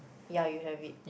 yeah you have it